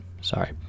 sorry